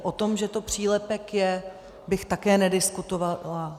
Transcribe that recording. O tom, že to přílepek je, bych také nediskutovala.